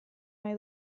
nahi